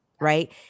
Right